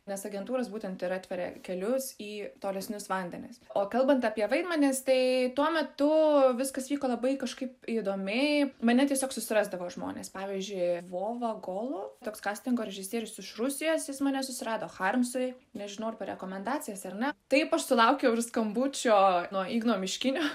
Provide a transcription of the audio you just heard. nes agentūros būtent ir atveria kelius į tolesnius vandenis o kalbant apie vaidmenis tai tuo metu viskas vyko labai kažkaip įdomiai mane tiesiog susirasdavo žmonės pavyzdžiui vova golo toks kastingo režisierius iš rusijos jis mane susirado harmsoj nežinau ar per rekomendacijas ir ne taip aš sulaukiau ir skambučio nuo igno miškinio